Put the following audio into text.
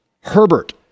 Herbert